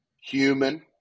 Human